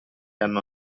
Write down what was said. hanno